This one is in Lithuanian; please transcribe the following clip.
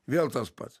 vėl tas pats